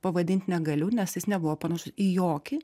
pavadint negaliu nes jis nebuvo panašus į jokį